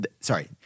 Sorry